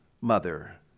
mother